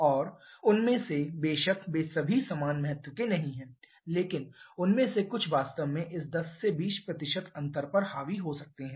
और उनमें से बेशक वे सभी समान महत्व के नहीं हैं लेकिन उनमें से कुछ वास्तव में इस 10 से 20 अंतर पर हावी हो सकते हैं